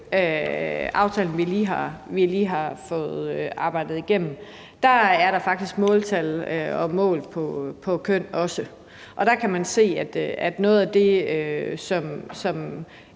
hjemløseaftalen, vi lige har fået arbejdet igennem, er der faktisk måltal og mål for køn også. Og der kan man se, at noget af det, som